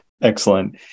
Excellent